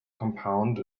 compound